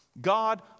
God